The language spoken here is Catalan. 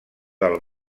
del